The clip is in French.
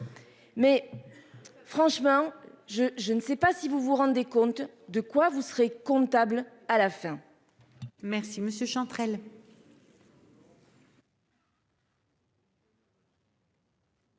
Mais. Franchement je je ne sais pas si vous vous rendez compte. De quoi vous serez comptable à la fin. Merci monsieur Chantrel.